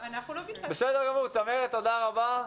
בסדר גמור, צמרת, תודה רבה.